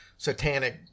satanic